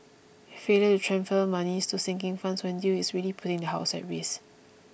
failure to transfer monies to sinking funds when due is really putting the house at risk